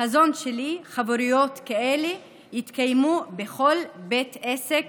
בחזון שלי, חברויות כאלה יתקיימו בכל בית עסק